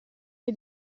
che